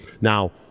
Now